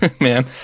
man